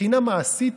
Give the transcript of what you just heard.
מבחינה מעשית,